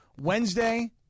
Wednesday